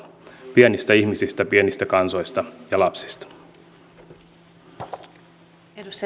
pienistä ihmisistä pienistä kansoista ja lapsista